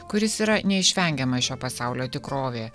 kuris yra neišvengiama šio pasaulio tikrovė